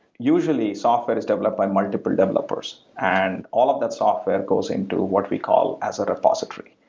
usually, software is developed by multiple developers, and all of that software goes into what we call as a repository,